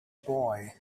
boy